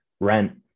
rent